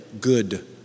good